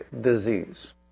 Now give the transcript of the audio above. disease